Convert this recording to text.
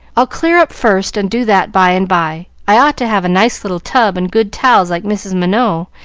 i'll clear up first and do that by and by. i ought to have a nice little tub and good towels, like mrs. minot,